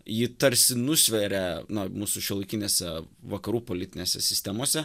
ji tarsi nusveria na mūsų šiuolaikinėse vakarų politinėse sistemose